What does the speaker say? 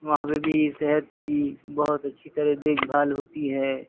وہاں پہ بھی صحت کی بہت اچھی طرح دیکھ بھال ہوتی ہے